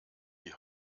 die